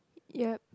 yeap